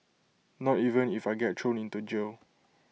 not even if I get thrown into jail